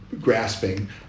grasping